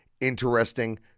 interesting